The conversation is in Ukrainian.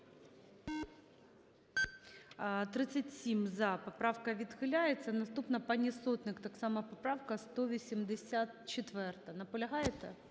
За-37 Поправка відхиляється. Наступна. Пані Сотник, так само, поправка 184. Наполягаєте?